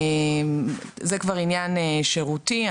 זה כבר עניין שירותי.